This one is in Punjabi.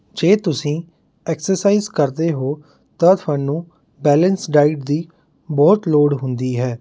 ਜੇ ਤੁਸੀਂ ਐਕਸਰਸਾਈਜ਼ ਕਰਦੇ ਹੋ ਤਾਂ ਤੁਹਾਨੂੰ ਬੈਲੇਂਸ ਡਾਈਟ ਦੀ ਬਹੁਤ ਲੋੜ ਹੁੰਦੀ ਹੈ